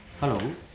hello